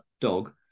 dog